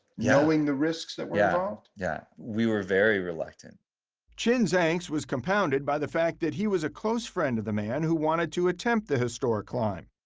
knowing the risks that were involved? yeah. we were very reluctant. frankel chin's angst was compounded by the fact that he was a close friend of the man who wanted to attempt the historic climb,